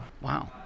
Wow